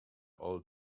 old